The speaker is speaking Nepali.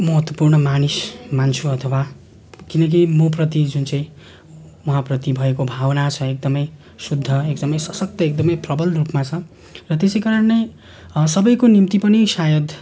महत्त्वपूर्ण मानिस मान्छु अथवा किनकि मप्रति जुन चाहिँ उहाँप्रति भएको भावना छ एकदमै शुद्ध एकदमै सशक्त एकदमै प्रबल रूपमा छ र त्यसै कारण नै सबैको निम्ति पनि सायद